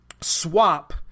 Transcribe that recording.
swap